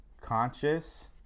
conscious